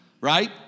Right